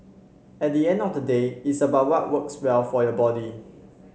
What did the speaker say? at the end of the day it's about what works well for your body